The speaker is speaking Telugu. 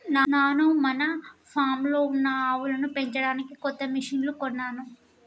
నాను మన ఫామ్లో ఉన్న ఆవులను పెంచడానికి కొత్త మిషిన్లు కొన్నాను